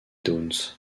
downs